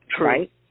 right